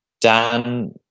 Dan